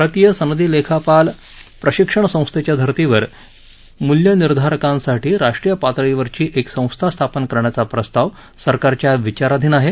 भारतीय सनदी लेखापाल प्रशिक्षण संस्थेच्या धर्तीवर मूल्यनिर्धारकांसाठी राष्ट्रीय पातळीवरची एक संस्था स्थापन करण्याचा प्रस्ताव सरकारच्या विचाराधीन आहे